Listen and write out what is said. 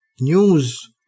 news